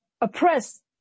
oppress